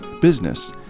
Business